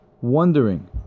wondering